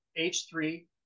H3